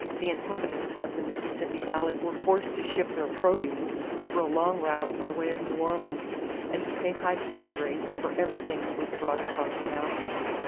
the inhabitants of the mississippi valley were forced to ship their produce over a long route by way of new orleans and to pay high freight rates for everything that was brought across the mountains.